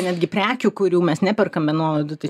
netgi prekių kurių mes neperkam be nuolaidų tai